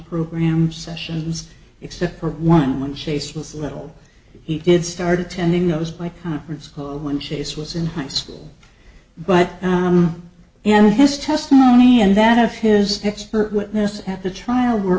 program sessions except for one when chase was little he did start attending those by conference call when she's was in high school but and this testimony and that of his expert witness at the trial were